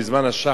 בזמן השאה,